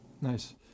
Nice